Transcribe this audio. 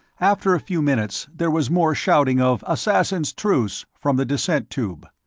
after a few minutes, there was more shouting of assassins' truce! from the descent tube.